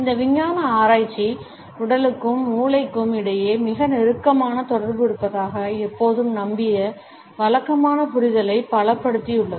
இந்த விஞ்ஞான ஆராய்ச்சி உடலுக்கும் மூளைக்கும் இடையே மிக நெருக்கமான தொடர்பு இருப்பதாக எப்போதும் நம்பிய வழக்கமான புரிதலை பலப்படுத்தியுள்ளது